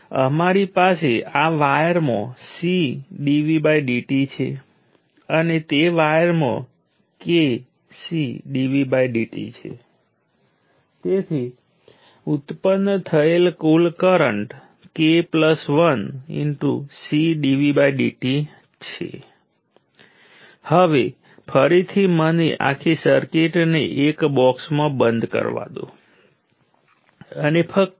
ચાલો કહીએ કે આપણે તેને t1 થી t2 સુધી લઈએ છીએ આ ટાઈમના રેફરન્સમાં એલિમેન્ટને ડીલીવર પાવરનો t1 થી t2 સુધીનો સંકલન ટાઈમના રેફરન્સમાં V × I નું સંકલન અંગ એ t1 થી t2 સુધીના એલિમેન્ટને ડીલીવર કરવામાં આવતી એનર્જી છે